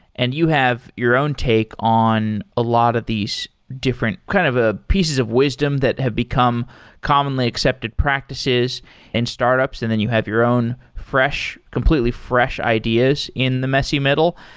and you have your own take on a lot of these different kind of ah pieces of wisdom that have become commonly accepted practices and startups. and then you have your own fresh, completely fresh ideas in the messy middle.